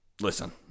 Listen